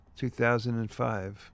2005